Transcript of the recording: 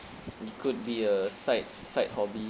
it could be a side side hobby